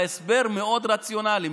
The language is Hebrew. ההסבר מאוד רציונלי,